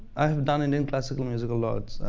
i've done and and classical music a lot.